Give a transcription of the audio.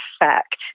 effect